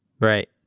Right